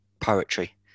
poetry